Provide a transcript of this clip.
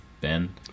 Ben